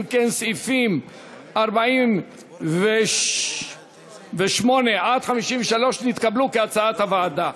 אם כן, סעיפים 48 53 נתקבלו, כהצעת הוועדה.